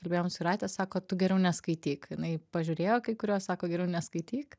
kalbėjom su jūrate sako tu geriau neskaityk jinai pažiūrėjo kai kuriuos sako geriau neskaityk